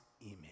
image